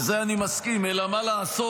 בזה אני מסכים, אלא מה לעשות,